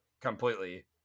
completely